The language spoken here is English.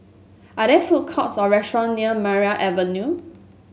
are there food courts or restaurants near Maria Avenue